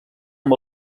amb